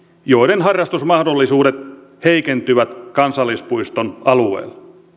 joiden harrastusmahdollisuudet heikentyvät kansallispuiston alueella